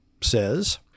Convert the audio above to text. says